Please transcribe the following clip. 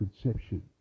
conception